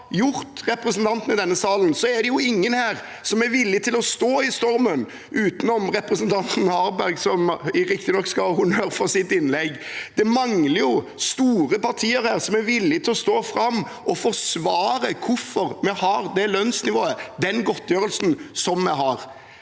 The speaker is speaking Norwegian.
man har gjort representantene i denne salen, er det ingen her som er villig til å stå i stormen – utenom representanten Harberg, som riktignok skal ha honnør for sitt innlegg. Det mangler at de store partiene her er villige til å stå fram og forsvare hvorfor vi har det lønnsnivået, den godtgjørelsen som vi har.